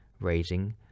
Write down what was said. raising